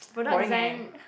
product design